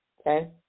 Okay